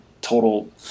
total